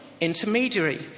Intermediary